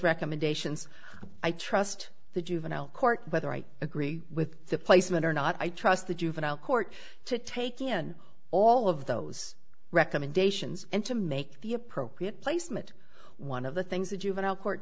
recommendations i trust the juvenile court whether i agree with the placement or not i trust the juvenile court to take in all of those recommendations and to make the appropriate placement one of the things the juvenile court